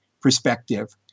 perspective